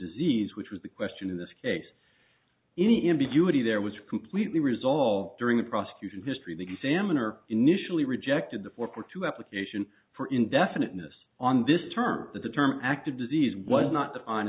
disease which was the question in this case any ambiguity there was completely resolved during that prosecution history the salmon are initially rejected the four core two application for indefiniteness on this term that the term active disease was not on